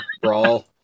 brawl